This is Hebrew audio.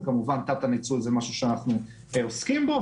וגם לתת הניצול שזה משהו שאנחנו עוסקים בו.